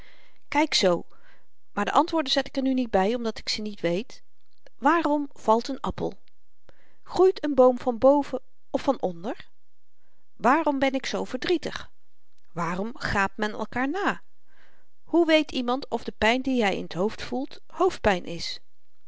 kyk z maar de antwoorden zet ik er nu niet by omdat ik ze niet weet waarom valt n appel groeit n boom van boven of van onder waarom ben ik zoo verdrietig waarom gaapt men elkaar na hoe weet iemand of de pyn die hy in t hoofd voelt hoofdpyn is